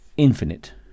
infinite